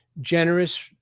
generous